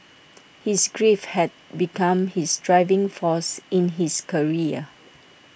his grief had become his driving force in his career